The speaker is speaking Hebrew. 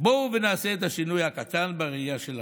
בואו ונעשה את השינוי הקטן בראייה שלנו,